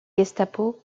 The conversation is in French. gestapo